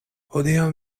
hodiaŭ